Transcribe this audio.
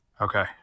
Okay